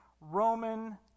Roman